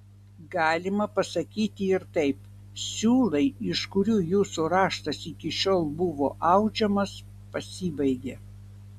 galima pasakyti ir taip siūlai iš kurių jūsų raštas iki šiol buvo audžiamas pasibaigė